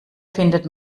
findet